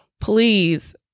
please